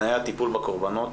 תנאי הטיפול בקורבנות,